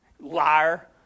Liar